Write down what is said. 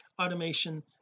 automation